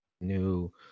new